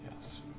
Yes